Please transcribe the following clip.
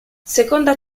seconda